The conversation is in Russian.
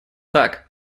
так